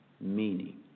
meaning